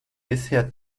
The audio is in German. bisher